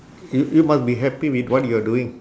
you you must be happy with what you're doing